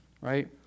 right